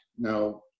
Now